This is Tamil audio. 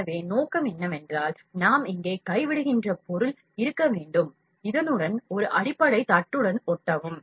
எனவே நோக்கம் என்னவென்றால் நாம் இங்கே கைவிடுகின்ற பொருள் இருக்க வேண்டும் இதனுடன் ஒரு அடிப்படை தட்டுடன் ஒட்டவும்